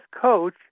coach